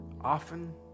often